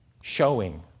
Showing